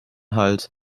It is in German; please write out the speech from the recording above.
halt